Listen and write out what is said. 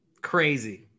Crazy